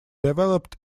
developed